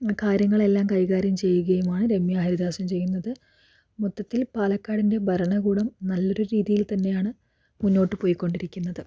കാര്യങ്ങളെല്ലാം കൈകാര്യം ചെയ്യുകയും ആണ് രമ്യ ഹരിദാസും ചെയ്യുന്നത് മൊത്തത്തിൽ പാലക്കാടിൻ്റെ ഭരണകൂടം നല്ലൊരു രീതിയിൽ തന്നെയാണ് മുന്നോട്ട് പോയിക്കൊണ്ടിരിക്കുന്നത്